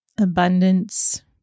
abundance